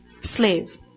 Slave